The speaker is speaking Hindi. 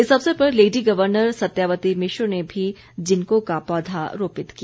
इस अवसर पर लेडी गर्वनर सत्यावती मिश्र ने भी जिन्को का पौधा रोपित किया